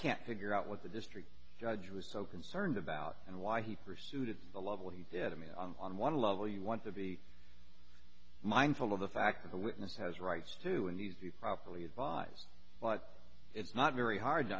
can't figure out what the district judge was so concerned about and why he pursued at the level he did i mean on one level you want to be mindful of the fact of a witness has rights too and easy properly advise but it's not very hard to